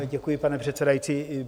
Děkuji, pane předsedající.